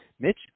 Mitch